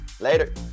later